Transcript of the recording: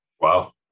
wow